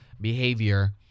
behavior